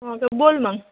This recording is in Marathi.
अगं बोल मग